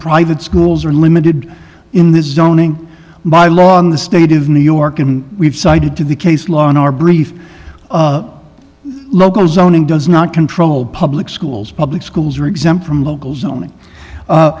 private schools are limited in this zoning by law in the state of new york and we've cited to the case law in our brief local zoning does not control public schools public schools are exempt from local zoning